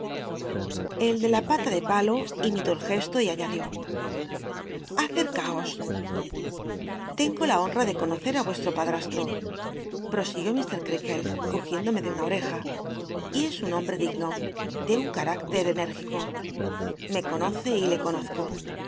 el de la pata de palo imitó el ge to y aiíadió aceacaos tengo la hon m de conocet á vuestro padrastro prosiguió mr creakle l cogiéndome de una oj'cja y es un hombt e digno de un eanictea enéagico le conoce y le conozco